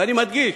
ואני מדגיש,